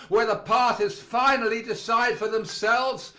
where the parties finally decide for themselves,